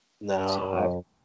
No